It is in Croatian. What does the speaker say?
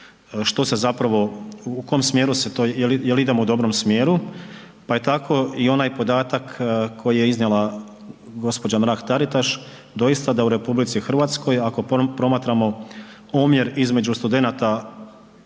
što se zapravo u kom smjeru jel idemo u dobrom smjeru, pa je tako i onaj podatak koji je iznijela gospođa Mrak Taritaš doista da u RH ako promatramo omjer između stranih